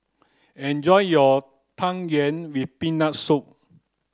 enjoy your tang yuen with peanut soup